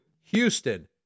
Houston